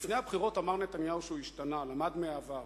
לפני הבחירות אמר נתניהו שהוא השתנה, למד מהעבר.